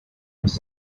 first